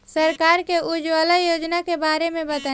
सरकार के उज्जवला योजना के बारे में बताईं?